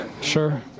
Sure